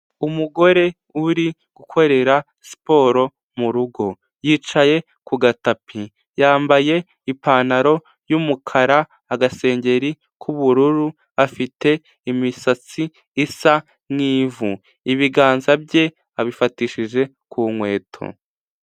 Umugore uri gukorera siporo mu rugo, yicaye ku gatapi yambaye ipantaro y'umukara agaseri k'ubururu afite imisatsi isa nk'ivu, ibiganza bye abifatishije ku nkweto.